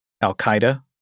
Al-Qaeda